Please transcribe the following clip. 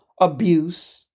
abuse